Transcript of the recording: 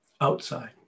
outside